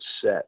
set